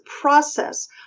process